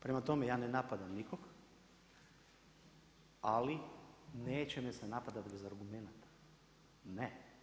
Prema tome, ja ne napadam nikog, ali neće me se napadati bez argumenata, ne.